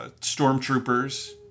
stormtroopers